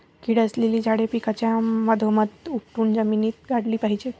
कीड असलेली झाडे पिकाच्या मधोमध उपटून जमिनीत गाडली पाहिजेत